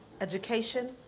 education